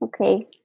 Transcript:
Okay